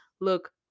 look